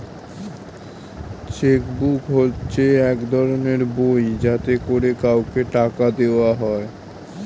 check book হচ্ছে এক ধরনের বই যাতে করে কাউকে টাকা দেওয়া হয়